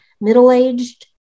middle-aged